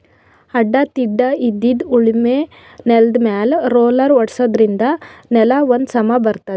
ಅಡ್ಡಾ ತಿಡ್ಡಾಇದ್ದಿದ್ ಉಳಮೆ ನೆಲ್ದಮ್ಯಾಲ್ ರೊಲ್ಲರ್ ಓಡ್ಸಾದ್ರಿನ್ದ ನೆಲಾ ಒಂದ್ ಸಮಾ ಬರ್ತದ್